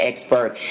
expert